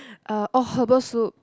uh oh herbal soup